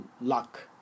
luck